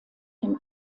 dem